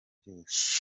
ryose